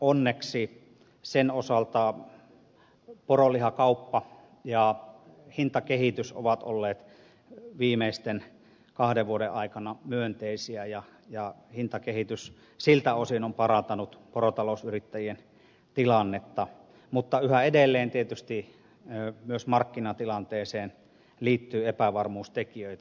onneksi sen osalta poronlihan kaupan ja hinnan kehitys ovat olleet viimeisten kahden vuoden aikana myönteisiä ja hintakehitys siltä osin on parantanut porotalousyrittäjien tilannetta mutta yhä edelleen tietysti myös markkinatilanteeseen liittyy epävarmuustekijöitä